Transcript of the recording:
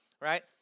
Right